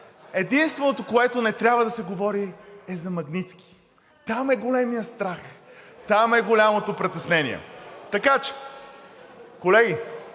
единственото, което не трябва да се говори, е за „Магнитски“. Там е големият страх, там е голямото притеснение. Така че, колеги,